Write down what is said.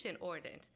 Ordinance